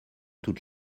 toutes